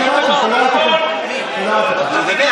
אני לא מבין אותו, מאה אחוז.